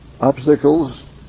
obstacles